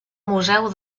museu